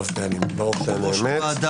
בד"ה.